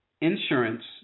insurance